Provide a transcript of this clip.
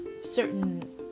certain